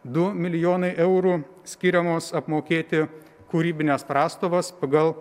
du milijonai eurų skiriamos apmokėti kūrybines prastovas pagal